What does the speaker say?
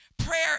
Prayer